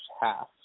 half